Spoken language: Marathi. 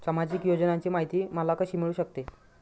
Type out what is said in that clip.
सामाजिक योजनांची माहिती मला कशी मिळू शकते?